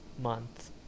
month